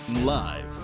live